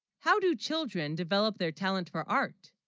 how do children, develop their talent for art